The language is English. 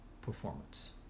performance